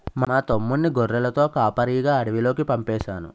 మా తమ్ముణ్ణి గొర్రెలతో కాపరిగా అడవిలోకి పంపేను